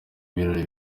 birori